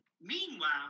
Meanwhile